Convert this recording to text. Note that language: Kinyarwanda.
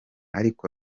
ariko